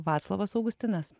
vaclovas augustinas